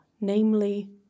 namely